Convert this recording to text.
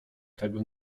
tego